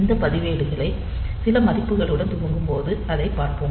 இந்த பதிவேடுகளை சில மதிப்புகளுடன் துவக்கும்போது அதைப் பார்ப்போம்